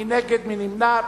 מי נגד, מי נמנע.